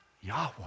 Yahweh